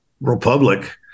Republic